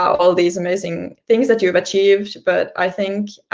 all these amazing things that you've achieved, but i think